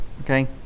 Okay